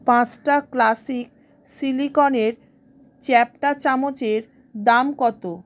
পাঁচটা ক্লাসিক সিলিকনের চ্যাপটা চামচের দাম কত